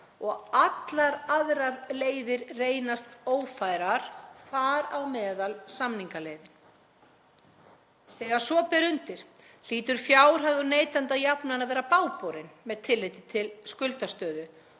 allar aðrar leiðir reynast ófærar, þar á meðal samningaleiðin. Þegar svo ber undir hlýtur fjárhagur neytenda jafnan að vera bágborinn með tilliti til skuldastöðu